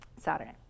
Saturday